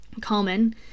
common